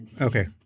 Okay